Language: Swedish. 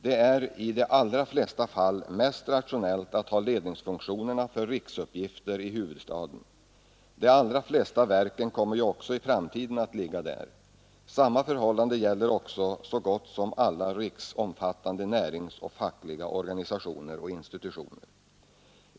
Det är i de allra flesta fall mest rationellt att ha ledningsfunktionerna för riksuppgifter i huvudstaden. De allra flesta verken kommer också i framtiden att ligga där. Samma förhållande gäller så gott som alla riksomfattande näringsoch fackliga organisationer och institutioner.